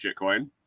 shitcoin